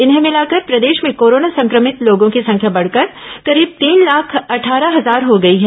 इन्हें मिलाकर प्रदेश में कोरोना संक्रमित लोगों की संख्या बढ़कर करीब तीन लाख अट्ठारह हजार हो गई है